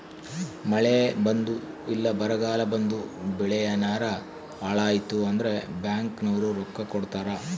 ಮಳೆ ಬಂದು ಇಲ್ಲ ಬರಗಾಲ ಬಂದು ಬೆಳೆ ಯೆನಾರ ಹಾಳಾಯ್ತು ಅಂದ್ರ ಬ್ಯಾಂಕ್ ನವ್ರು ರೊಕ್ಕ ಕೊಡ್ತಾರ